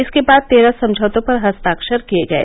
इसके बाद तेरह समझौतों पर हस्ताक्षर किए गए